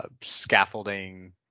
scaffolding